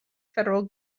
federal